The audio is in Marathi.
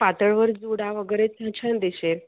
पातळावर जुडा वगैरे छान दिसेल